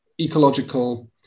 ecological